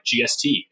GST